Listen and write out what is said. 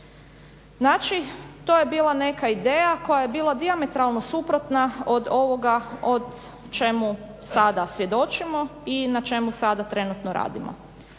Znači to je bila neka ideja koja je bila dijametralno suprotna od ovoga o čemu sada svjedočimo i na čemu sada trenutno radimo.